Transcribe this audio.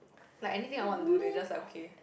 like anything I want to do they just like okay